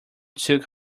took